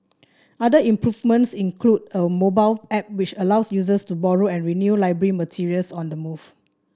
other improvements include a mobile app which allows users to borrow and renew library materials on the move